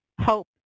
hope